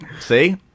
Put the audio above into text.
See